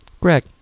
Greg